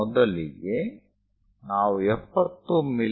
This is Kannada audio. ಮೊದಲಿಗೆ ನಾವು 70 ಮಿ